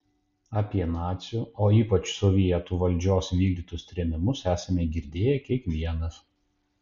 apie nacių o ypač sovietų valdžios vykdytus trėmimus esame girdėję kiekvienas